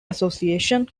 association